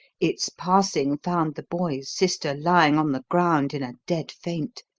its passing found the boy's sister lying on the ground in a dead faint,